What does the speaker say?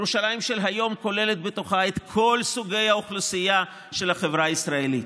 ירושלים של היום כוללת בתוכה את כל סוגי האוכלוסייה של החברה הישראלית.